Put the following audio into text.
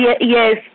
yes